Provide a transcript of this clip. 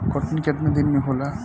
कटनी केतना दिन मे होला?